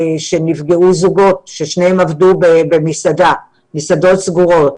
זוגות ששניהם עבדו במסעדה ועכשיו המסעדות סגורות,